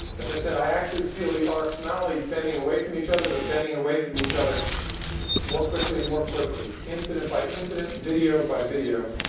as i said, i actually feel the arcs not only bending away from each other, but bending away from each other more quickly and more quickly, incident by incident, video by video.